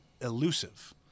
elusive